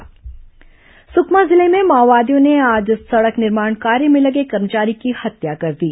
माओवादी समाचार सुकमा जिले में माओवादियों ने आज सड़क निर्माण कार्य में लगे एक कर्मचारी की हत्या कर दी